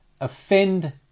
offend